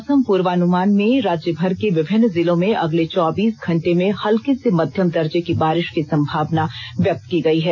मौसम पूर्वानुमान में राज्यभर के विभिन्न जिलों में अगले चौबीस घंटे में हल्के से मध्यम दर्जे की बारिष की संभावना व्यक्त की गयी है